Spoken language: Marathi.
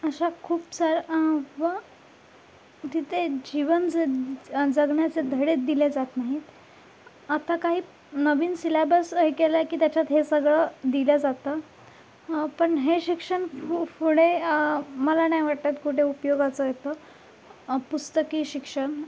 अशा खूप सार व जिथे जीवन जं जगण्याचे धडे दिले जात नाहीत आता काही नवीन सिलॅबस ऐकेलाय की त्याच्यात हे सगळं दिलं जातं पण हे शिक्षण फु पुढे मला नाही वाटत कुठे उपयोगाचं येतं पुस्तकी शिक्षण